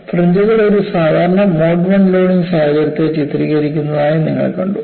ഫ്രിഞ്ച്കൾ ഒരു സാധാരണ മോഡ് 1 ലോഡിംഗ് സാഹചര്യത്തെ ചിത്രീകരിക്കുന്നതായും നിങ്ങൾ കണ്ടു